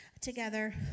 together